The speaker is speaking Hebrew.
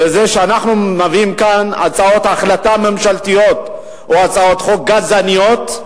בזה שאנחנו מביאים כאן הצעות החלטה ממשלתיות או הצעות חוק גזעניות,